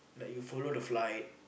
like you follow the flight